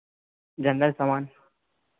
general सामान